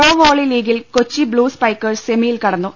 pro volley ലീഗിൽ Kochi blue spikers semi യിൽ കടന്നു